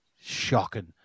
shocking